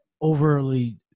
overly